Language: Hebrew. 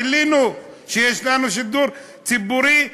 גילינו שיש לנו שידור ציבורי ישראלי.